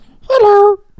hello